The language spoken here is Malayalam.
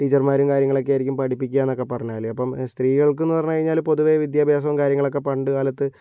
ടീച്ചർമാരും കാര്യങ്ങളൊക്കെയായിരിക്കും പഠിപ്പിക്കുക എന്നൊക്കെ പറഞ്ഞാൽ അപ്പോൾ സ്ത്രീകൾക്ക് എന്ന് പറഞ്ഞ് കഴിഞ്ഞാൽ പൊതുവെ വിദ്യാഭ്യസവും കാര്യങ്ങളൊക്കെ പണ്ട് കാലത്ത്